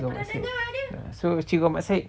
ah so cikgu ahmad said